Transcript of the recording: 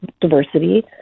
diversity